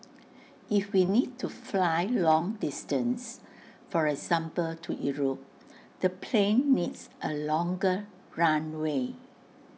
if we need to fly long distance for example to Europe the plane needs A longer runway